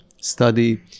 study